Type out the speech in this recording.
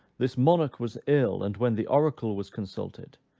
this monarch was ill and when the oracle was consulted,